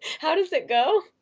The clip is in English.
how does it go?